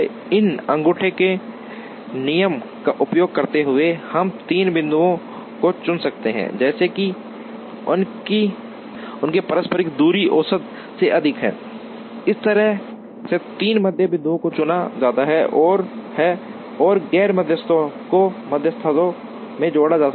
इसलिए इस अंगूठे के नियम का उपयोग करते हुए हम तीन बिंदुओं को चुन सकते हैं जैसे कि उनकी पारस्परिक दूरी औसत से अधिक है इस तरह से तीन मध्य बिंदुओं को चुना जाता है और गैर मध्यस्थों को मध्यस्थों से जोड़ा जा सकता है